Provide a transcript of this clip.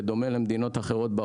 בדרכים.